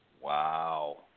Wow